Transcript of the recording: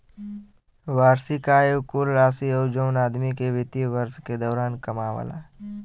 वार्षिक आय उ कुल राशि हौ जौन आदमी एक वित्तीय वर्ष के दौरान कमावला